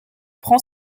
prend